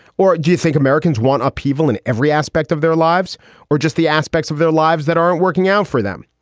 or do you think americans want upheaval in every aspect of their lives or just the aspects of their lives that aren't working out for them?